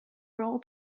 roll